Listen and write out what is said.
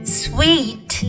sweet